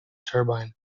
turbine